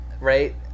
Right